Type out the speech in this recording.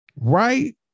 right